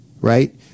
right